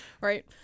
Right